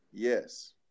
Yes